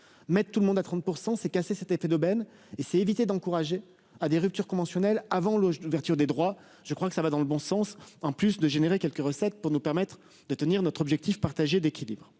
mettent tout le monde à 30% c'est cassé cet effet d'aubaine et c'est éviter d'encourager à des ruptures conventionnelles avant le d'ouverture des droits. Je crois que ça va dans le bon sens. En plus de générer quelques recettes pour nous permettre de tenir notre objectif partagé d'équilibre.